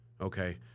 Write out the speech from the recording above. okay